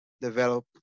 Develop